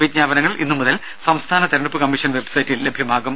വിജ്ഞാപനങ്ങൾ ഇന്നു മുതൽ സംസ്ഥാന തെരഞ്ഞെടുപ്പ് കമ്മീഷൻ വെബ്സൈറ്റിൽ ലഭ്യമാകും